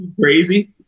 crazy